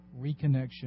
reconnection